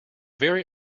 very